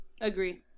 agree